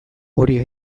hori